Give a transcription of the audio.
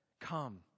come